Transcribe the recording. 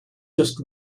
just